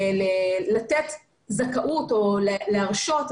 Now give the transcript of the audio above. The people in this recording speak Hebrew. לתת זכאות או להרשות,